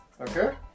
Okay